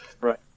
Right